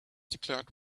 declared